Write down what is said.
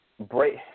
break